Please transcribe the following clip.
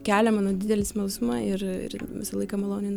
kelia mano didelį smalsumą ir ir visą laiką maloniai